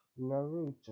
Naruto